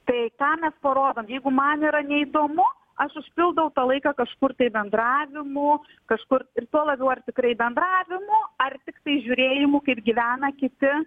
tai tą mes pardom jeigu man yra neįdomu aš užpildau tą laiką kažkur tai bendravimu kažkur ir tuo labiau ar tikrai bendravimu ar tiktai žiūrėjimu kaip gyvena kiti